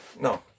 no